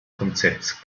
konzepts